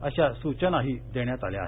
अशा सूचनाही देण्यात आल्या आहेत